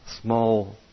small